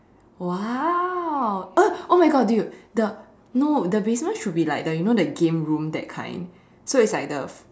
!wow! uh oh my God dude the no the basement should be like the you know the game room that kind so it's like the